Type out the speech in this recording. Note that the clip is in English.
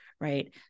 right